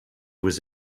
was